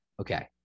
Okay